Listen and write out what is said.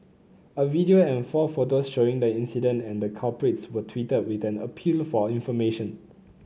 a video and four photos showing the incident and the culprits were tweeted with an appeal for information